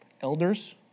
Elders